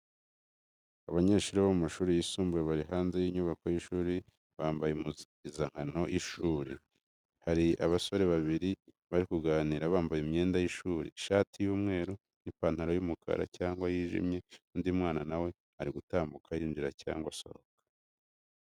Abanyeshuri bo mu mashuri yisumbuye bari hanze y’inyubako y’ishuri bambaye impuzankano y’ishuri. Hari abasore babiri bari kuganira, bambaye imyenda y’ishuri: ishati y’umweru n’ipantaro y’umukara cyangwa yijimye, undi mwana na we ari gutambuka yinjira cyangwa asohoka.